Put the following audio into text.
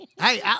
Hey